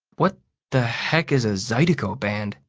what the heck is a zydeco band?